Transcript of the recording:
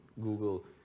Google